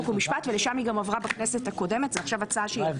חוק ומשפט ולשם היא גם עברה בכנסת הקודמת ועכשיו זו הצעה שחל